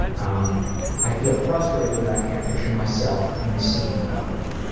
um i feel frustrated that i can't picture myself in the scene properly.